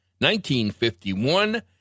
1951